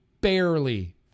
barely